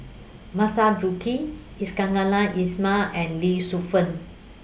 Masagos Zulkifli Iskandar Ismail and Lee Shu Fen